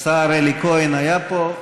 השר אלי כהן היה פה.